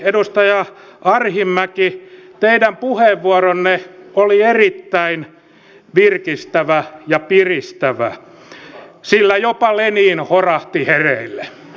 edustaja arhinmäki teidän puheenvuoronne oli erittäin virkistävä ja piristävä sillä jopa lenin horahti hereille